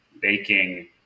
baking